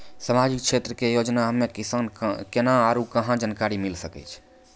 समाजिक क्षेत्र के योजना हम्मे किसान केना आरू कहाँ जानकारी लिये सकय छियै?